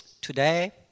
Today